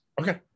okay